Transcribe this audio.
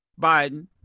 Biden